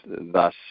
thus